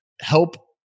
help